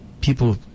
people